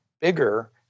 bigger